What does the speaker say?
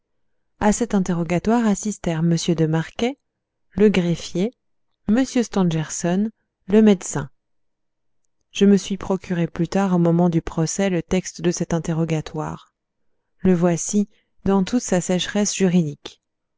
à cet interrogatoire assistèrent m de marquet le greffier m stangerson le médecin je me suis procuré plus tard au moment du procès le texte de cet interrogatoire le voici dans toute sa sécheresse juridique